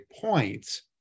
points